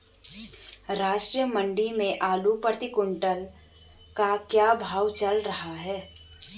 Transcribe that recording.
राष्ट्रीय मंडी में आलू प्रति कुन्तल का क्या भाव चल रहा है?